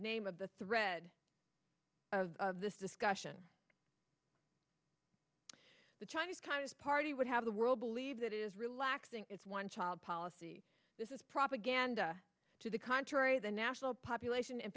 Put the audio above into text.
name of the thread of this discussion the chinese communist party would have the world believe that is relaxing its one child policy this is propaganda to the contrary the national population